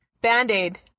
Band-Aid